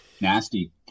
Nasty